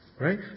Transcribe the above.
Right